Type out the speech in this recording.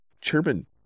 Chairman